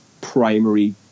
primary